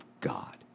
God